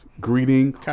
greeting